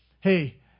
Hey